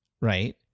right